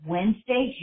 Wednesday